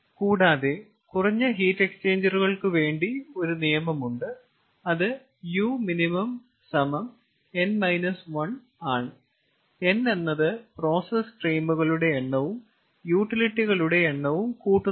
കൂടാതെ കുറഞ്ഞ ചൂട് എക്സ്ചേഞ്ചറുകൾക്ക് വേണ്ടി ഒരു നിയമമുണ്ട് അത് UminN 1 ആണ് N എന്നത് പ്രോസസ്സ് സ്ട്രീമുകളുടെ എണ്ണവും യൂട്ടിലിറ്റികളുടെ എണ്ണവും കൂട്ടുന്നതാണ്